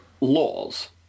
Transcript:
laws